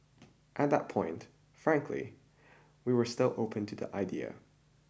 at that point frankly we were still open to the idea